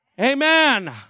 Amen